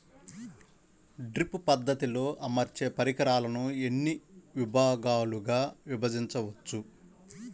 Drip పద్ధతిలో అమర్చే పరికరాలను ఎన్ని భాగాలుగా విభజించవచ్చు?